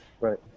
Right